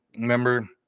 Remember –